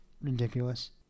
ridiculous